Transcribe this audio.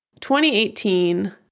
2018 –